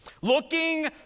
Looking